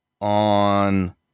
on